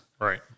Right